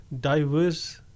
diverse